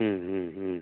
ம் ம் ம்